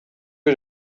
was